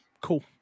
Cool